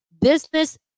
business